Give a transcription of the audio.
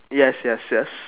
yes yes yes